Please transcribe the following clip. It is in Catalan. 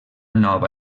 nova